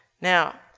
Now